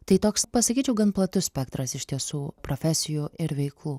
tai toks pasakyčiau gan platus spektras iš tiesų profesijų ir veiklų